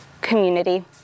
Community